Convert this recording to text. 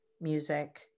music